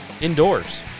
indoors